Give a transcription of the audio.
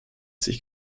sich